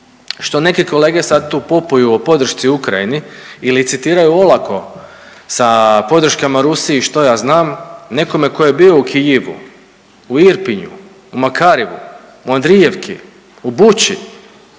što neki kolege sad tu popuju o podršci Ukrajini i licitiraju olako sa podrškama Rusiji što ja znam, nekome tko je bio u Kijevu, u Irpinu, u Makarjevu, u Anriievki, u Buchi,